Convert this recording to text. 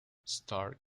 stark